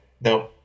No